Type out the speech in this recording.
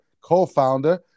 co-founder